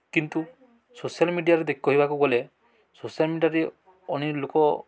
କିନ୍ତୁ ସୋସିଆଲ୍ ମିଡ଼ିଆରେ କହିବାକୁ ଗଲେ ସୋସିଆଲ୍ ମିଡ଼ିଆରେ ଅନ୍ୟ ଲୋକ